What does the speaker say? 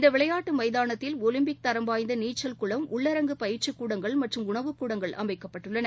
இந்தவிளையாட்டுமைதானத்தில் Olympic தரம் வாய்ந்தநீச்சல் குளம் உள்ளரங்கு பயிற்சிக் கூடங்கள் மற்றும் உணவுக்கூடங்கள் அமைக்கப்பட்டுள்ளன